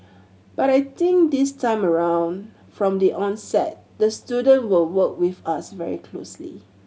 but I think this time around from the onset the student will work with us very closely